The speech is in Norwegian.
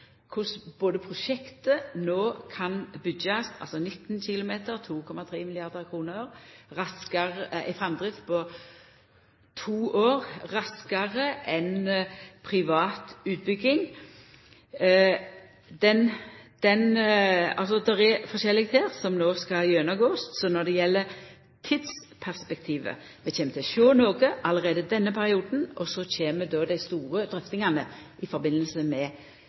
korleis prosjektet no kan byggjast – altså 19 km til 2,3 mrd. kr – med ei framdrift som er to år raskare enn ved privat utbygging. Det er forskjellig ein her skal gå gjennom. Når det gjeld tidsperspektivet, kjem vi til å sjå noko allereie i denne perioden, og så kjem dei store drøftingane i samband med